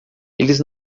eles